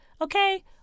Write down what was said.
okay